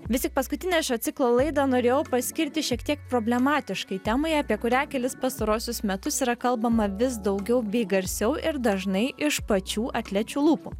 vis tik paskutinę šio ciklo laidą norėjau paskirti šiek tiek problematiškai temai apie kurią kelis pastaruosius metus yra kalbama vis daugiau bei garsiau ir dažnai iš pačių atlečių lūpų